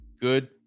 Good